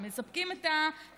הם מספקים את האקסטרות.